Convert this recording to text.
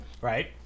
Right